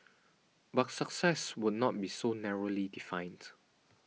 but success would not be so narrowly defined